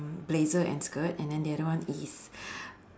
blazer and skirt and then the other one is